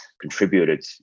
contributed